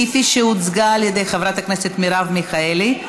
כפי שהוצגה על ידי חברת הכנסת מרב מיכאלי.